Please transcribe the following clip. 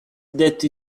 what